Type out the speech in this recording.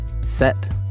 set